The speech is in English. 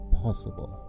possible